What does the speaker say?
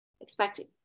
Expecting